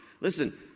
Listen